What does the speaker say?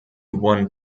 one